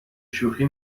شوخی